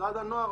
משרד הנוער,